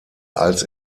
als